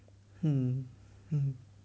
mm mm